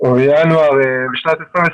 לינואר 2020,